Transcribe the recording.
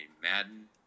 Madden